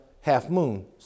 half-moon